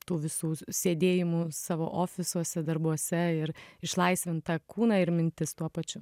tų visų sėdėjimų savo ofisuose darbuose ir išlaisvint tą kūną ir mintis tuo pačiu